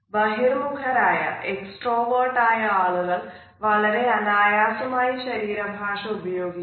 ബഹിർമുഖരായ ആളുകൾ വളരെ അനായാസമായി ശരീര ഭാഷ ഉപയോഗിക്കുന്നു